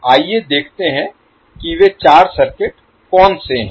आइए देखते हैं कि वे चार सर्किट कौन से हैं